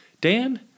Dan